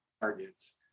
targets